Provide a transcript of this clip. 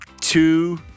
Two